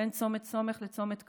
בין צומת סומך לצומת כברי.